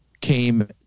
came